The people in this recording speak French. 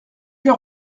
leur